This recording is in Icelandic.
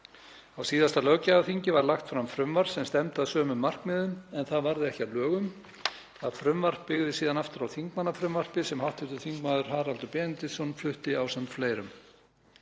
Á síðasta löggjafarþingi var lagt fram frumvarp sem stefndi að sömu markmiðum en það varð ekki að lögum. Það frumvarp byggði síðan aftur á þingmannafrumvarpi sem hv. þm. Haraldur Benediktsson flutti ásamt fleirum.